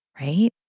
right